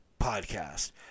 podcast